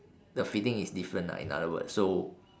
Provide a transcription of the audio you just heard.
the fitting is different lah in other words so